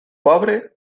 pobre